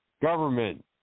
Government